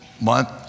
month